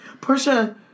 Portia